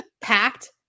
packed